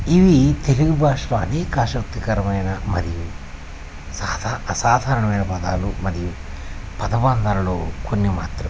ఇవి తెలుగు భాషలో అనేక ఆసక్తికరమైన మరియు సాధారణ అసాధారణమైన పదాలు పదబంధాలలో కొన్ని మాత్రమే